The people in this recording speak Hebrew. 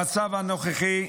המצב הנוכחי,